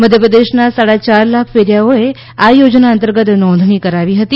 મઘ્યપ્રદેશનાં સાડા ચાર લાખ ફેરીયાઓએ આ યોજના અંતર્ગત નોંધાણી કરાવી હતી